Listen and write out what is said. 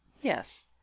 Yes